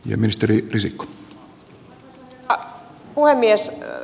arvoisa herra puhemies